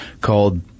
called